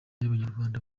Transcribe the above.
y’abanyarwanda